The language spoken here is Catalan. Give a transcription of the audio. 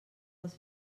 els